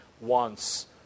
wants